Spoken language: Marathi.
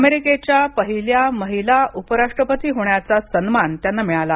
अमेरिकेच्या पहिल्या महिला उपराष्ट्रपती होण्याचा सन्मान त्यांना मिळाला